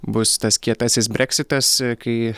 bus tas kietasis breksitas kai